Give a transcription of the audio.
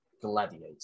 gladiator